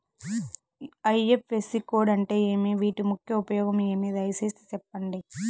IFSC code అంటే ఏమి? వీటి ముఖ్య ఉపయోగం ఏమి? దయసేసి సెప్పండి?